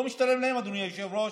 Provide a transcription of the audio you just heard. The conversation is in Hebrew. אדוני היושב-ראש,